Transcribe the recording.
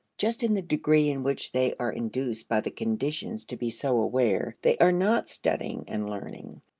just in the degree in which they are induced by the conditions to be so aware, they are not studying and learning.